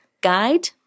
guide